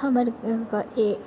हमर एक